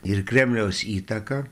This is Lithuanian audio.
ir kremliaus įtaką